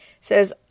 Says